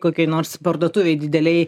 kokioj nors parduotuvėj didelėj